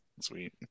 sweet